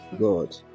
God